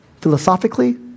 philosophically